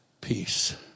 Peace